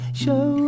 show